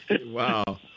Wow